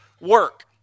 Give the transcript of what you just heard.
work